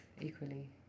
equally